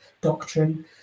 doctrine